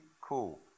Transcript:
cool